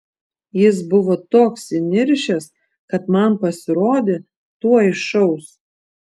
jis buvo toks įniršęs kad man pasirodė tuoj šaus